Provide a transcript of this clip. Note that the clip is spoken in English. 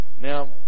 Now